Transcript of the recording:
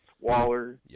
Waller